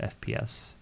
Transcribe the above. FPS